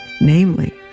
namely